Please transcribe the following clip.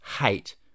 hate